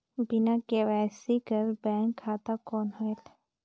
बिना के.वाई.सी कर बैंक खाता कौन होएल?